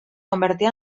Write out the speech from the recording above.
convertia